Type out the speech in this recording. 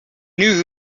knew